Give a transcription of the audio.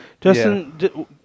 Justin